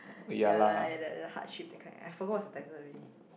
ya lah like the the heart shape that kind I forgot what's the title already